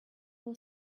will